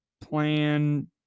plan